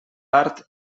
part